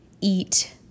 eat